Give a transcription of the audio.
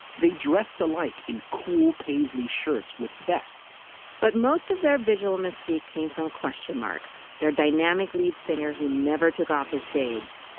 they dressed alike in cool paisley shirts with vests but most of their visual mystique came from a question mark their dynamic lead singer who never took off his shades